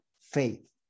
faith